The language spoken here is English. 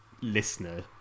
listener